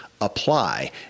apply